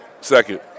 Second